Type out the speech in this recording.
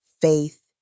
faith